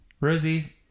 Rosie